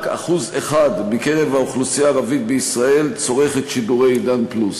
רק 1% מקרב האוכלוסייה הערבית בישראל צורך את שידורי "עידן פלוס".